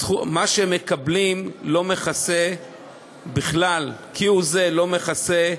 מה שמקבלים לא מכסה בכלל, כהוא-זה לא מכסה.